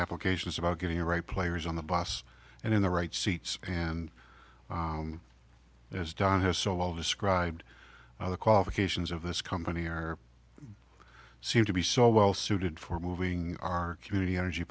application is about getting the right players on the boss and in the right seats and as don has solved described the qualifications of this company or seem to be so well suited for moving our community energy